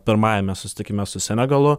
pirmajame susitikime su senagalu